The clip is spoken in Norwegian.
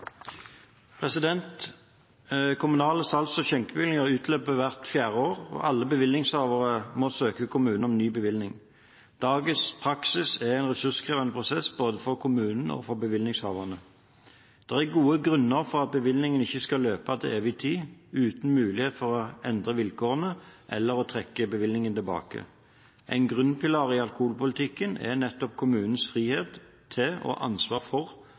Kommunale salgs- og skjenkebevillinger utløper hvert fjerde år, og alle bevillingshavere må søke kommunen om ny bevilling. Dagens praksis er en ressurskrevende prosess for både kommunene og bevillingshaverne. Det er gode grunner for at bevillinger ikke skal løpe til evig tid, uten mulighet for å endre vilkårene eller trekke bevillingene tilbake. En grunnpilar i alkoholpolitikken er kommunenes frihet til og ansvar for